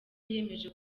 yiyemeje